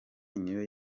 niyo